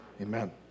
amen